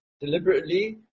deliberately